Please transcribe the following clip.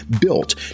built